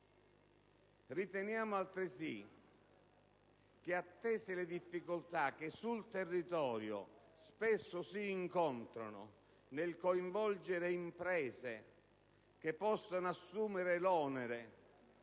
Riteniamo altresì che, attese le difficoltà che sul territorio spesso si incontrano nel coinvolgere imprese che possono assumere l'onere